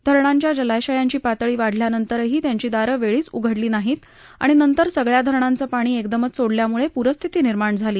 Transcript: धरणांच्या जलाशयांची पातळी वाढल्यानंतरही त्यांची दारं वेळीच उघडली नाहीत आणि नंतर सगळया धरणांचं पाणी एकदमच सोडल्यामुळे प्रस्थिती निर्माण झाली